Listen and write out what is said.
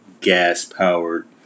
gas-powered